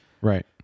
Right